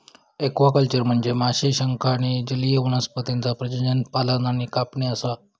aquaculture म्हनजे माशे, शंख आणि जलीय वनस्पतींचा प्रजनन, पालन आणि कापणी असा